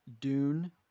Dune